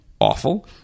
awful